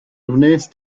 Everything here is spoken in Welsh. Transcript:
wnest